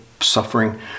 suffering